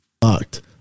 Fucked